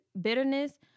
bitterness